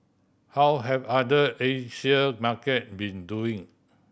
how have other Asian market been doing